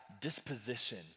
disposition